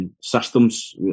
systems